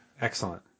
excellent